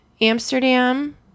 Amsterdam